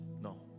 No